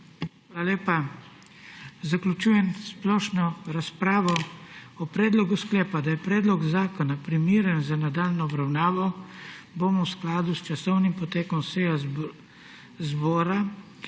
Hvala lepa. Zaključujem splošno razpravo. O predlogu sklepa, da je predlog zakona primeren za nadaljnjo obravnavo, bomo v skladu s časovnim potekom seje zbora